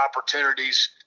opportunities